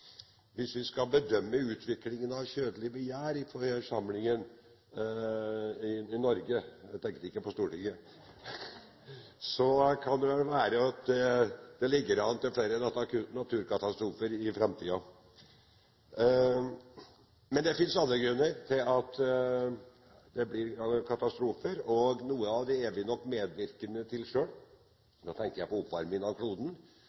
Hvis vi i forsamlingen skal bedømme utviklingen av kjødelig begjær i Norge – jeg tenkte ikke på Stortinget – kan det vel være at det ligger an til flere naturkatastrofer i framtiden. Men det finnes andre grunner til at det blir katastrofer, og noe av det er vi nok medvirkende til selv. Da tenker jeg på oppvarming av kloden,